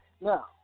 Now